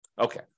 Okay